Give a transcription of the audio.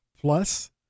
Plus